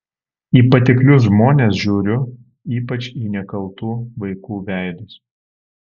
į patiklius žmones žiūriu ypač į nekaltų vaikų veidus